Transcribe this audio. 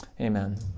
amen